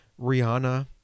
Rihanna